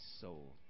soul